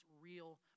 real